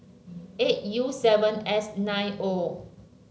eight U seven S nine O